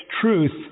truth